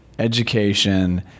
Education